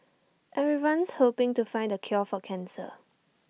everyone's hoping to find the cure for cancer